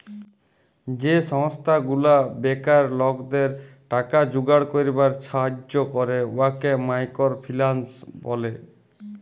যে সংস্থা গুলা বেকার লকদের টাকা জুগাড় ক্যইরবার ছাহাজ্জ্য ক্যরে উয়াকে মাইকর ফিল্যাল্স ব্যলে